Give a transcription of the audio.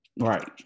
right